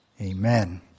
amen